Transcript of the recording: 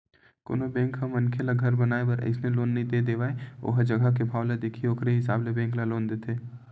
कोनो बेंक ह मनखे ल घर बनाए बर अइसने लोन नइ दे देवय ओ जघा के भाव ल देखही ओखरे हिसाब ले बेंक ह लोन देथे